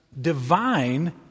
divine